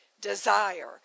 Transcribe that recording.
desire